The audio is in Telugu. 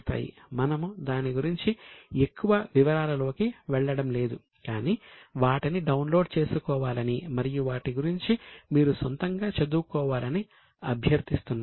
మనము దాని గురించి ఎక్కువ వివరాలలోకి వెళ్ళడం లేదు కానీ వాటిని డౌన్లోడ్ చేసుకోవాలని మరియు వాటి గురించి మీరు సొంతంగా చదువుకోవాలని అభ్యర్థిస్తున్నాను